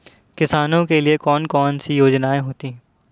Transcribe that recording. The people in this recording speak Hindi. किसानों के लिए कौन कौन सी योजनायें होती हैं?